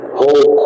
whole